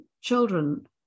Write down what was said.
children